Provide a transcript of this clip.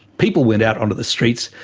people went out onto the streets,